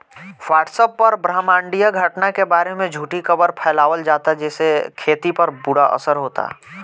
WhatsApp पर ब्रह्माण्डीय घटना के बारे में झूठी खबर फैलावल जाता जेसे खेती पर बुरा असर होता